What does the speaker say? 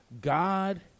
God